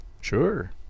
Sure